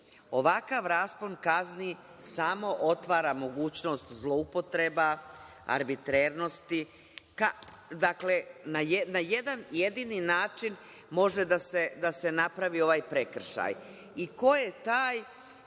Ovakav raspon kazni samo otvara mogućnost zloupotreba, arbitrernosti. Dakle, na jedan jedini način može da se napravi ovaj prekršaj i ko je taj